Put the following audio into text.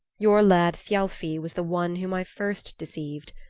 your lad thialfi was the one whom i first deceived.